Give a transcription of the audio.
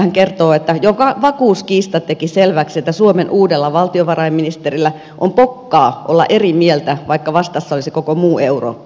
hän kertoo että vakuuskiista teki selväksi että suomen uudella valtiovarainministerillä on pokkaa olla eri mieltä vaikka vastassa olisi koko muu eurooppa